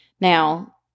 Now